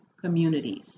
communities